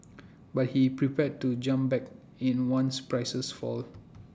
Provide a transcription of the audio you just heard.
but he's prepared to jump back in once prices fall